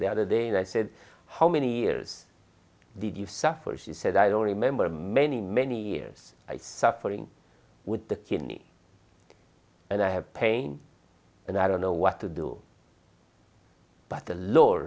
the other day and i said how many years did you suffer she said i don't remember many many years i suffering with the kidney and i have pain and i don't know what to do but the l